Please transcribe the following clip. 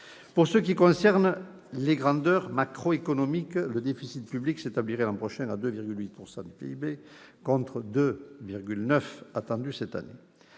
Pour ce qui concerne les grandeurs macroéconomiques, le déficit public s'établirait l'an prochain à 2,8 % du PIB, contre 2,9 % attendus cette année.